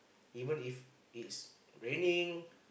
even if it's raining